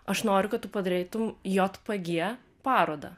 aš noriu kad padarytum jpg parodą